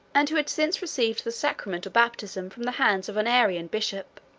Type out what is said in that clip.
and who had since received the sacrament of baptism from the hands of an arian bishop.